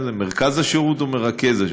מֶרְכָּז השירות או מְרַכֵּז השירות,